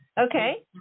Okay